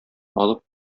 алып